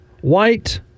white